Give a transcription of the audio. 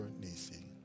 Nisi